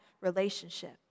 relationship